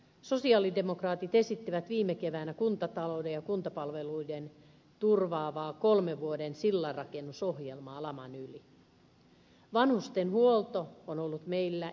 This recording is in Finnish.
sosialidemokraatit esittivät viime keväänä kuntatalouden ja kuntapalveluiden turvaavaa kolmen vuoden sillanrakennusohjelmaa laman yli